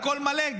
הכול מלא.